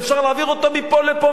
שאפשר להעביר אותו מפה לפה,